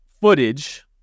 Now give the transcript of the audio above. footage